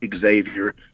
Xavier